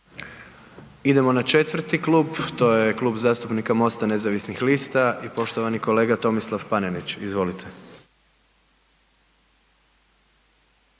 Idemo na treći klub, to je Klub zastupnika MOST-a nezavisnih lista, poštovana kolegica Sonja Čikotić, izvolite.